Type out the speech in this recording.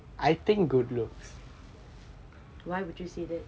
why would you say that